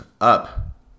up